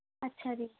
ਅੱਛਾ ਜੀ